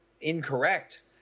incorrect